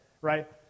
right